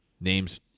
names